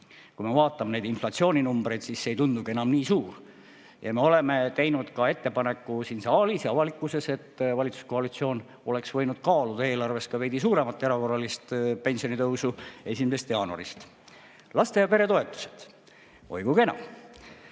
kui me vaatame neid inflatsiooninumbreid, siis see ei tundugi enam nii suur. Me oleme teinud ka ettepaneku siin saalis ja avalikkuses, et valitsuskoalitsioon oleks võinud kaaluda eelarves veidi suuremat erakorralist pensionitõusu 1. jaanuarist. Laste‑ ja peretoetused. Oi kui kena!